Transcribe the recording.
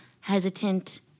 hesitant